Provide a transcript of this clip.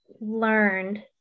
learned